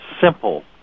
simple –